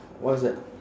what's that